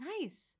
Nice